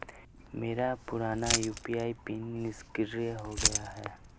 मेरा पुराना UPI PIN निष्क्रिय हो गया है